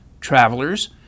Travelers